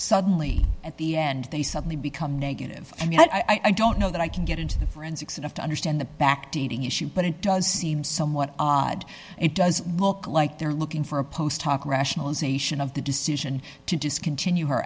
suddenly at the end they suddenly become negative i don't know that i can get into the forensics enough to understand the back to eating issue but it does seem somewhat odd it does look like they're looking for a post hoc rationalization of the decision to discontinue her